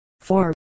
four